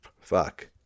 Fuck